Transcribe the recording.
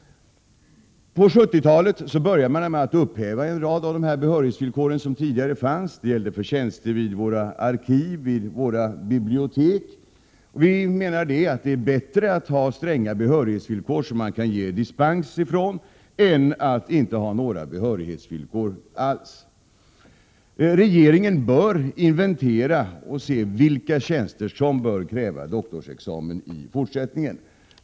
På 70-talet började man 11 maj 1988 upphäva en rad av de behörighetsvillkor som tidigare fanns. Villkoren gällde Högre utbildning och t.ex. för tjänster vid våra arkiv och bibliotek. Vi menar att det är bättre att ha forskning, m.m. > stränga behörighetsvillkor som man kan ge dispens ifrån än att inte ha några behörighetsvillkor alls. Regeringen bör inventera och se vid vilka tjänster doktorsexamen bör krävas i fortsättningen.